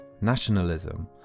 nationalism